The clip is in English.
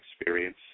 experience